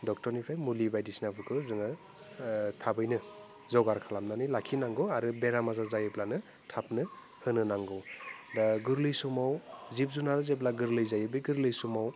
डक्टरनिफ्राय मुलि बायदिसिनाफोरखौ जोङो थाबैनो जगार खालामनानै लाखिनांगौ आरो बेराम आजार जायोब्लानो थाबनो होनो नांगौ दा गोरलै समाव जिब जुनार जेब्ला गोरलै जायो बे गोरलै समाव